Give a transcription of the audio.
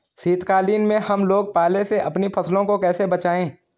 शीतकालीन में हम लोग पाले से अपनी फसलों को कैसे बचाएं?